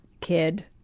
kid